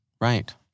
Right